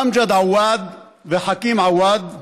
אמג'ד עוואד וחכים עוואד,